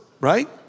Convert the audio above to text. right